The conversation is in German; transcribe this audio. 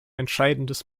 entscheidendes